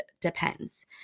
depends